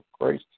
grace